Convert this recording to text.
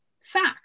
fact